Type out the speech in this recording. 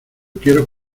quiero